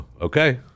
Okay